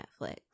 Netflix